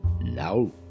now